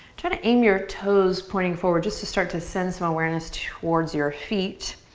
try to aim your toes pointing forward. just to start to send some awareness towards your feet.